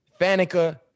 Fanica